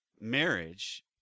marriage